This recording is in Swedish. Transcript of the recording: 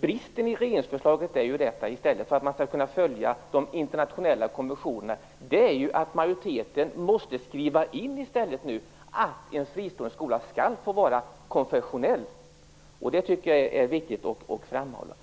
Bristen i regeringsförslaget är ju att i stället för att kunna följa de internationella konventionerna måste majoriteten skriva in att en fristående skola skall få vara konfessionell. Det tycker jag är viktigt att framhålla.